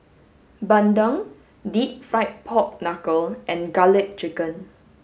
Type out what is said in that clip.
bandung deep fried pork knuckle and garlic chicken